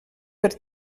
per